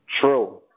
True